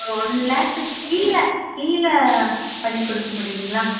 ஒரு ஒன் லேக்குக்கு கீழே கீழே பண்ணி கொடுக்க முடியுங்களா